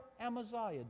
Amaziah